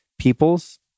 people's